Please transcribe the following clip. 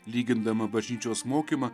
lygindama bažnyčios mokymą